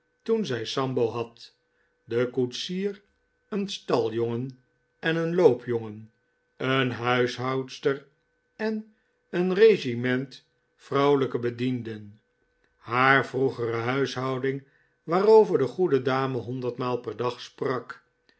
toen zij sambo had den koetsier een staljongen en een loopjongen een huishoudster en een regiment vrouwelijke bedienden haar vroegere huishouding waarover de goede dame honderd maal per dag sprak